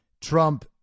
Trump